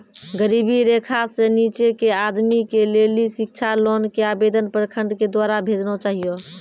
गरीबी रेखा से नीचे के आदमी के लेली शिक्षा लोन के आवेदन प्रखंड के द्वारा भेजना चाहियौ?